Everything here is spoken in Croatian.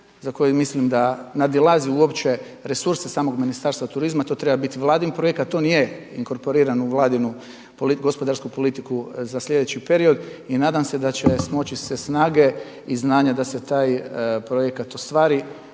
za koju mislim da nadilazi uopće resurse samog Ministarstva turizma. To treba biti Vladin projekat, to nije inkorporirano u Vladinu gospodarsku politiku za sljedeći period. I nadam se da će smoći se snage i znanja da se taj projekat ostvari